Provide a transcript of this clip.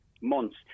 months